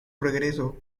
regreso